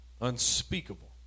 unspeakable